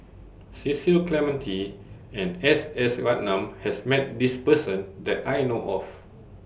Cecil Clementi and S S Ratnam has Met This Person that I know of